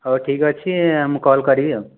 ହେଉ ଠିକ ଅଛି ମୁଁ କଲ୍ କରିବି